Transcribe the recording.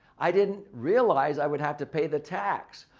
i didn't realize i would have to pay the tax.